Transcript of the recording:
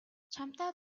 чамтай